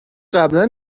قبلا